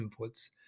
inputs